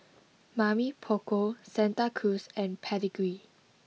Mamy Poko Santa Cruz and Pedigree